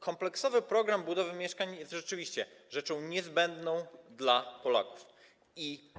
Kompleksowy program budowy mieszkań jest rzeczywiście rzeczą niezbędną dla Polaków.